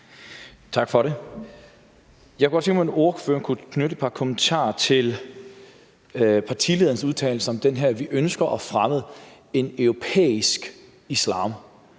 Tak for det. Jeg kunne godt tænke mig, at ordføreren knyttede et par kommentarer til partiformandens udtalelse om det her: Vi ønsker at fremme en europæisk islam.